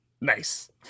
Nice